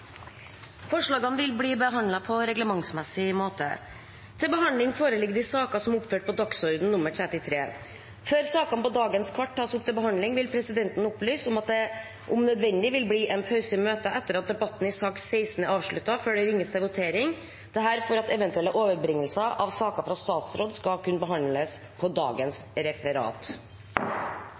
Forslagene vil bli behandlet på reglementsmessig måte. Før sakene på dagens kart tas opp til behandling, vil presidenten opplyse om at det om nødvendig vil bli en pause i møtet etter at debatten i sak nr. 16 er avsluttet, før det ringes til votering – dette for at eventuelle overbringelser av saker fra statsråd skal kunne behandles på dagens referat.